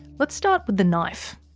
let's start with the knife.